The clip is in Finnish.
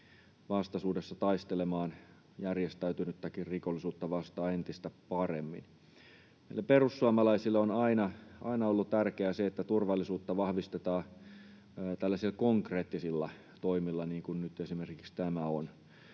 vastaisuudessa taistelemaan järjestäytynyttäkin rikollisuutta vastaan entistä paremmin. Meille perussuomalaisille on aina ollut tärkeää se, että turvallisuutta vahvistetaan tällaisilla konkreettisilla toimilla, niin kuin nyt esimerkiksi tämä on.